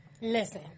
Listen